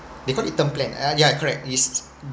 they call it term plan ah ya correct it's